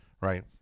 right